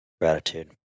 Gratitude